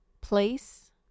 place